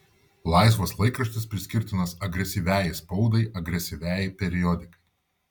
laisvas laikraštis priskirtinas agresyviajai spaudai agresyviajai periodikai